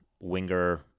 winger